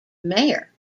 mayor